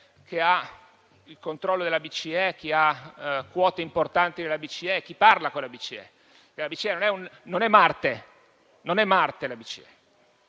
chi ha il controllo della BCE, chi ha quote importanti della BCE, chi parla con la BCE. La Banca